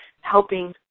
helping